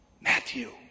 Matthew